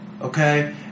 okay